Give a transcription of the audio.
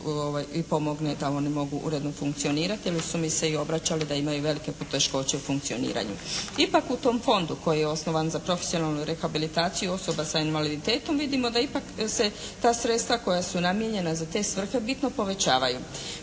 i pomogne da one mogu uredno funkcionirati jer su mi se i obraćali da imaju velike poteškoće u funkcioniranju. Ipak u tom fondu koji je osnovan za profesionalnu rehabilitaciju osoba sa invaliditetom vidimo da ipak se ta sredstva koja su namijenjena za te svrhe bitno povećavaju.